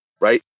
right